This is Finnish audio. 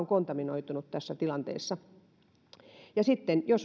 kontaminoituneet tässä tilanteessa sitten jos